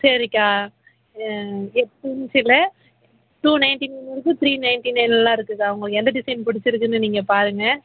சரிக்கா எட்டு இன்ச்சில் டூ நைன்டி நைன் இருக்கு த்ரீ நைன்டி நைன்ல்லாம் இருக்கு அக்கா உங்களுக்கு எந்த டிசைன் பிடிச்சிருக்குன்னு நீங்கள் பாருங்கள்